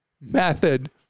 method